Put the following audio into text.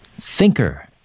Thinker